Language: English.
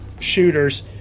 shooters